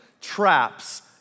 traps